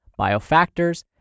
Biofactors